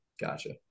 Gotcha